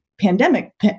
pandemic